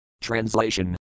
Translation